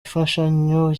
imfashanyo